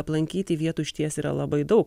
aplankyti vietų išties yra labai daug